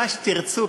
מה שתרצו,